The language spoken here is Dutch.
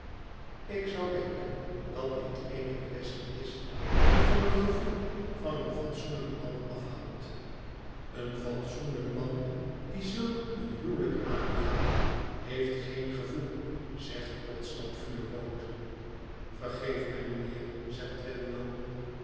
ik zou denken dat dit eene quaestie is die van het gevoel van een fatsoenlijk man afhangt lëen fatsoenlijk man die zulk een huwelijk aangaat heeft geen gevoel zegt podsnap vuurrood t vergeef mij mijnheer zegt twemlow